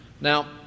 Now